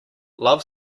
love